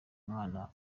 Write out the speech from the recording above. umwana